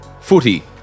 footy